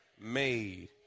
made